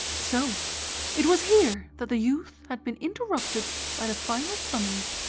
so it was here that the youth had been interrupted by the final summons?